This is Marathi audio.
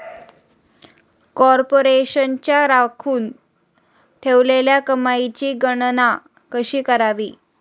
कॉर्पोरेशनच्या राखून ठेवलेल्या कमाईची गणना कशी करावी